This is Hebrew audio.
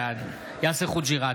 בעד יאסר חוג'יראת,